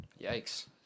yikes